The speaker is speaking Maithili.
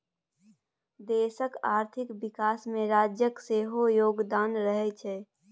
देशक आर्थिक विकासमे राज्यक सेहो योगदान रहैत छै